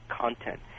content